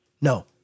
No